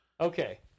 Okay